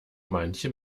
manche